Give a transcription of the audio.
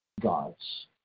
gods